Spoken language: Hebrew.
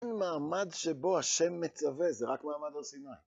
אין מעמד שבו השם מצווה, זה רק מעמד הר סיני.